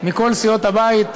גברתי היושבת-ראש,